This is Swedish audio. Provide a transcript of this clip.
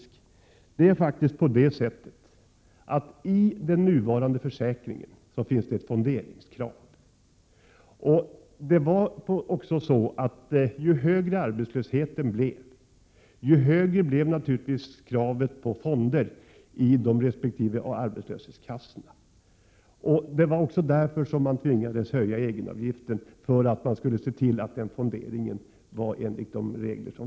I den nuvarande försäkringen finns faktiskt ett fonderingskrav. Ju högre arbetslösheten blev, desto större blev naturligtvis kraven på fonder i arbetslöshetskassorna. Det var därför som man tvingades höja egenavgiften, för man ville se till att fonderingen skedde enligt reglerna.